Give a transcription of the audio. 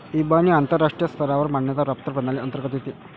इबानी आंतरराष्ट्रीय स्तरावर मान्यता प्राप्त प्रणाली अंतर्गत येते